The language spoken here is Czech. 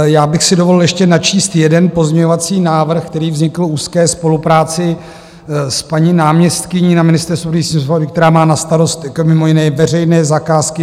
Já bych si dovolil ještě načíst jeden pozměňovací návrh, který vznikl v úzké spolupráci s paní náměstkyní na Ministerstvu pro místní rozvoj, která má na starost mimo jiné veřejné zakázky.